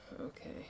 Okay